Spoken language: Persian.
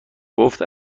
گفت